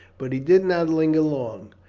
but he did not linger long.